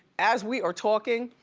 as we are talking,